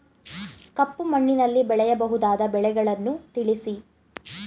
ಕಪ್ಪು ಮಣ್ಣಿನಲ್ಲಿ ಬೆಳೆಯಬಹುದಾದ ಬೆಳೆಗಳನ್ನು ತಿಳಿಸಿ?